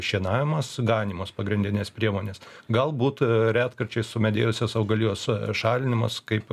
šienavimas ganymas pagrindinės priemonės galbūt retkarčiais sumedėjusios augalijos šalinimas kaip